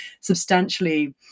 substantially